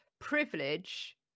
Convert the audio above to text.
privilege